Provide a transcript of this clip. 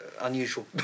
unusual